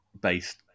based